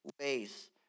ways